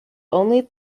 only